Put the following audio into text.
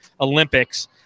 Olympics